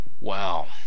Wow